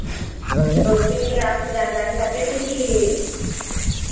तो उसके लिए आपसे जानकारी चाहते थे कि